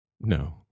No